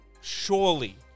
surely